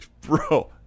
Bro